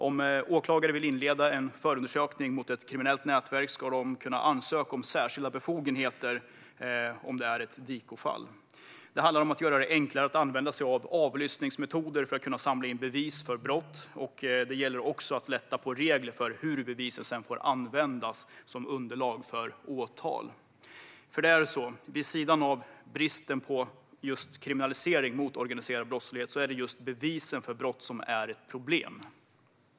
Om åklagare vill inleda en förundersökning mot ett kriminellt nätverk ska de kunna ansöka om särskilda befogenheter om det är ett DIKO-fall. Det handlar om att göra det enklare att använda sig av avlyssningsmetoder för att kunna samla bevis för brott. Det gäller också att lätta på reglerna för hur bevisen får användas som underlag för åtal. Vid sidan av bristen på kriminalisering av organiserad brottslighet är det nämligen just bevisen för brott som är ett problem.